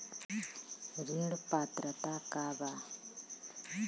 ऋण पात्रता का बा?